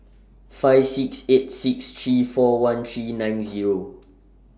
five six eight six three four one three nine Zero